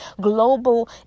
global